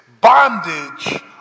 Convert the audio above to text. bondage